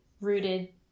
rooted